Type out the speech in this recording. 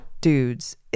Dudes